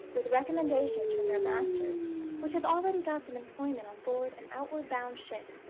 with recommendations from their master which have already got them employment on board an outward-bound ship.